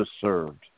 served